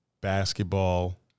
basketball